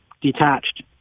detached